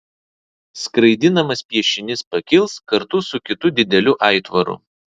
skraidinamas piešinys pakils kartu su kitu dideliu aitvaru